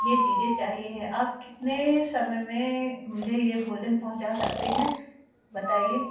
ये चीज़ें चाहिए है आप कितने समय में मुझे ये भोजन पहुँचा सकते हैं बताइए